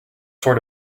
sort